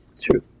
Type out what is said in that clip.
True